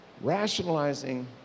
Rationalizing